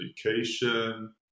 education